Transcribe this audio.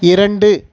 இரண்டு